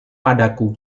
padaku